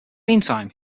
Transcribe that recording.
meantime